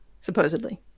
Supposedly